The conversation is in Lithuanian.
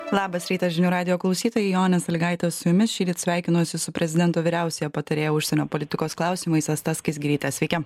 labas rytas žinių radijo klausytojai jonė salygaitė su jumis šįryt sveikinuosi su prezidento vyriausiąja patarėja užsienio politikos klausimais asta skaisgiryte sveiki